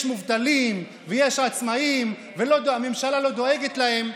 יש מובטלים ויש עצמאים והממשלה לא דואגת להם.